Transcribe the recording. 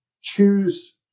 choose